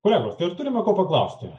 kolegos tai ar turime ko paklausti